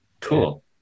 Cool